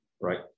right